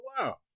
wow